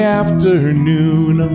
afternoon